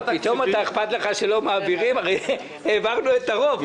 פתאום אכפת לך שלא מעבירים, הרי העברנו את הרוב.